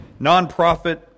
nonprofit